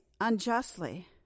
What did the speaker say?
unjustly